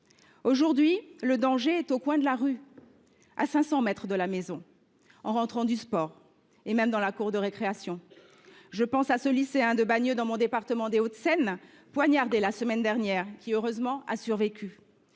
Aujourd’hui, le danger est au coin de la rue, à 500 mètres de la maison, en rentrant du sport, et même dans la cour de récréation. Je pense à ce lycéen de Bagneux dans le département des Hauts de Seine, qui a été poignardé la semaine dernière et a heureusement survécu.